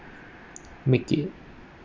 make it